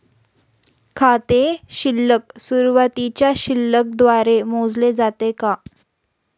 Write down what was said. खाते शिल्लक सुरुवातीच्या शिल्लक द्वारे मोजले जाते का?